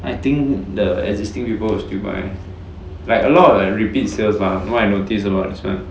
I think the existing people will still buy like a lot of like repeat sales lah from what I notice about as well